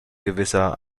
gewisser